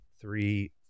Three